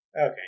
Okay